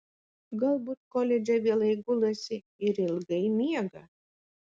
galbūt koledže vėlai gulasi ir ilgai miega